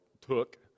took